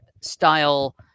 style